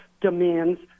demands